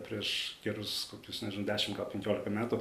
prieš gerus kokius dešim gal penkiolika metų